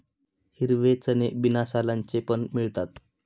हिरवे चणे बिना सालांचे पण मिळतात